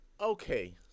Okay